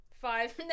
five